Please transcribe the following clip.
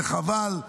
זה חבל,